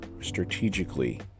strategically